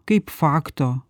kaip fakto